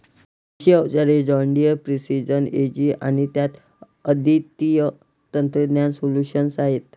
कृषी अवजारे John Deere precision ag आणि त्यात अद्वितीय तंत्रज्ञान सोल्यूशन्स आहेत